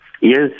Yes